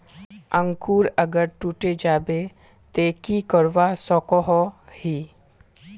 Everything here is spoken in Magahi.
अंकूर अगर टूटे जाबे ते की करवा सकोहो ही?